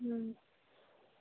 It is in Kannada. ಹ್ಞೂ